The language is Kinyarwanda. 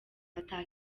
ata